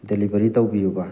delivery ꯇꯧꯕꯤꯌꯨꯕ